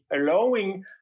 allowing